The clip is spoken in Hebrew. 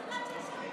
לי את אומרת מה עשיתי?